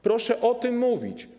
Proszę o tym mówić.